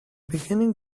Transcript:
beginning